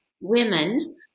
women